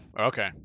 Okay